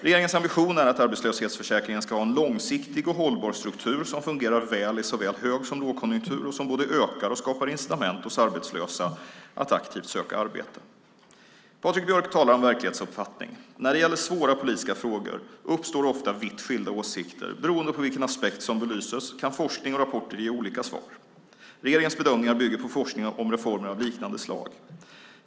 Regeringens ambition är att arbetslöshetsförsäkringen ska ha en långsiktig och hållbar struktur som fungerar väl i såväl hög som lågkonjunktur och som både ökar och skapar incitament hos arbetslösa att aktivt söka arbete. Patrik Björck talar om verklighetsuppfattning. När det gäller svåra politiska frågor uppstår ofta vitt skilda åsikter; beroende på vilken aspekt som belyses kan forskning och rapporter ge olika svar. Regeringens bedömningar bygger på forskning om reformer av liknande slag.